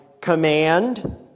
command